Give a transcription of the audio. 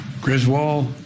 Griswold